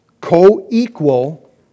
co-equal